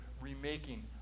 Remaking